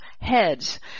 heads